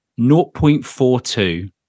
0.42